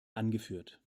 angeführt